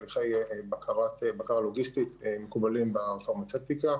תהליכי בקרה לוגיסטית מקובלים בפרמצבטיקה.